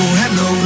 hello